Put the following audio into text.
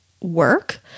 work